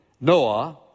Noah